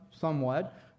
somewhat